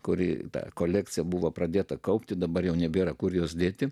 kuri ta kolekcija buvo pradėta kaupti dabar jau nebėra kur jos dėti